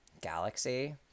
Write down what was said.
galaxy